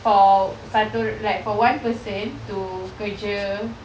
for satu for one person to kerja